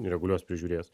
ne reguliuos prižiūrės